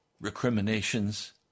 recriminations